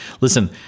Listen